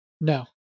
No